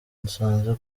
dusoza